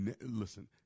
Listen